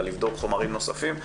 אלא לבדוק חומרים נוספים,